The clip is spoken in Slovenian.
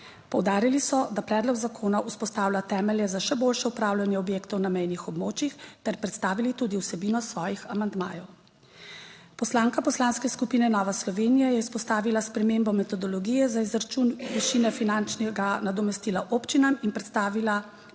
Poudarili so, da predlog zakona vzpostavlja temelje za še boljše upravljanje objektov na mejnih območjih, ter predstavili tudi vsebino svojih amandmajev. Poslanka Poslanske skupine Nova Slovenija je izpostavila spremembo metodologije za izračun višine finančnega nadomestila občinam in predstavnike